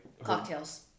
Cocktails